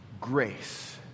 grace